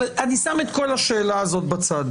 אבל אני שם את כל השאלה הזאת בצד,